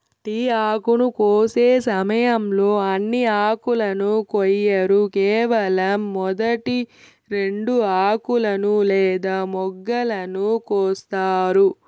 tea ఆకును కోసే సమయంలో అన్ని ఆకులను కొయ్యరు కేవలం మొదటి రెండు ఆకులను లేదా మొగ్గలను కోస్తారు